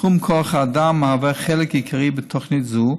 תחום כוח האדם הוא חלק עיקרי בתוכנית זו.